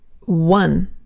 one